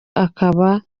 akaba